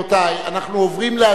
אנחנו עוברים להצבעה,